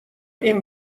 این